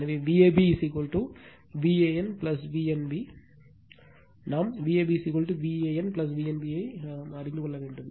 எனவே Vab van V n b நாம் Vab Van V n b ஐ அறிந்து கொள்ள வேண்டும்